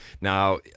Now